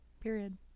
period